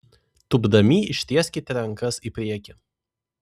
tūpdami ištieskite rankas į priekį